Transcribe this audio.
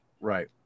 Right